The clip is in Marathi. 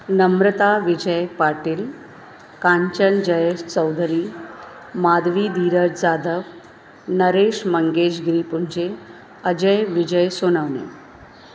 नम्रता विजय पाटील कांचन जयेश चौधरी मादवी दीरज जाधव नरेश मंगेश गिरीपुंजे अजय विजय सोनावने